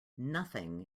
nothing